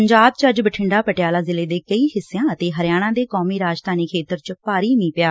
ਪੰਜਾਬ ਚ ਅੱਜ ਬਠਿੰਡਾ ਪਟਿਆਲਾ ਜ਼ਿਲੇ ਦੇ ਕਈ ਹਿੱਸਿਆ ਅਤੇ ਹਰਿਆਣਾ ਦੇ ਕੌਮੀ ਰਾਜਧਾਨੀ ਖੇਤਰ ਚ ਭਾਰੀ ਮੀਂਹ ਪਿਆ